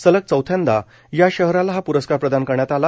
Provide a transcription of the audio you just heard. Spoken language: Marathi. सलग चौथ्यांदा या शहराला हा प्रस्कार प्रदान करण्यात आला